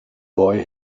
boy